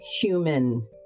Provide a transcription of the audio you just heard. human